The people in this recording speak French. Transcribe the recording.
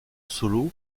solo